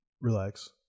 relax